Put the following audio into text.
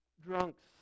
drunks